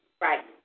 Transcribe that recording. Right